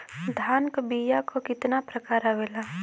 धान क बीया क कितना प्रकार आवेला?